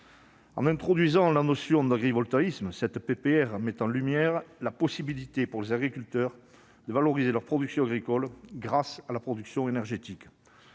En introduisant la notion d'agrivoltaïsme, cette proposition de résolution met en lumière la possibilité, pour les agriculteurs, de valoriser leur production agricole grâce à la production énergétique.